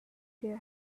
beer